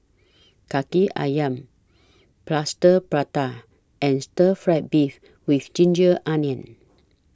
Kaki Ayam Plaster Prata and Stir Fried Beef with Ginger Onions